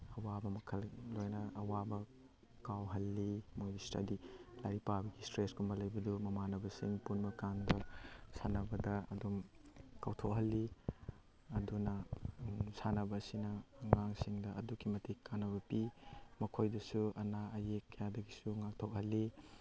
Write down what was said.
ꯑꯋꯥꯕ ꯃꯈꯜ ꯂꯣꯏꯅ ꯑꯋꯥꯕ ꯀꯥꯎꯍꯜꯂꯤ ꯃꯣꯏꯒꯤ ꯏꯁꯇꯗꯤ ꯂꯥꯏꯔꯤꯛ ꯄꯥꯕꯒꯤ ꯏꯁꯇ꯭ꯔꯦꯁꯀꯨꯝꯕ ꯂꯩꯕꯗꯨ ꯃꯃꯥꯟꯅꯕꯁꯤꯡ ꯄꯨꯟꯕ ꯀꯥꯟꯗ ꯁꯥꯟꯅꯕꯗ ꯑꯗꯨꯝ ꯀꯥꯎꯊꯣꯛꯍꯜꯂꯤ ꯑꯗꯨꯅ ꯁꯥꯟꯅꯕ ꯑꯁꯤꯅ ꯑꯉꯥꯡꯁꯤꯡ ꯑꯗꯨꯛꯀꯤ ꯃꯇꯤꯛ ꯀꯥꯅꯕ ꯄꯤ ꯃꯈꯣꯏꯗꯁꯨ ꯑꯅꯥ ꯑꯌꯦꯛ ꯀꯌꯥꯗꯒꯤꯁꯨ ꯉꯥꯛꯊꯣꯛꯍꯜꯂꯤ